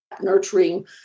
nurturing